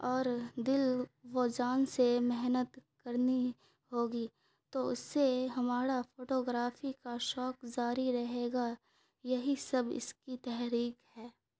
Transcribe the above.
اور دل و جان سے محنت کرنی ہوگی تو اس سے ہمارا فوٹوگرافی کا شوق جاری رہے گا یہی سب اس کی تحریک ہے